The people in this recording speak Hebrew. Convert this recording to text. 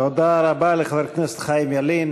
תודה רבה לחבר הכנסת חיים ילין.